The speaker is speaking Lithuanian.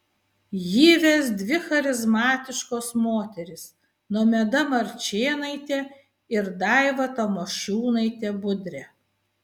jį ves dvi charizmatiškos moterys nomeda marčėnaitė ir daiva tamošiūnaitė budrė